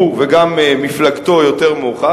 הוא וגם מפלגתו יותר מאוחר,